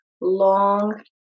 long